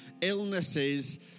illnesses